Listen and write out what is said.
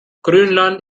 grönland